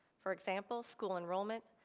for example school enrollment,